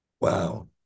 Wow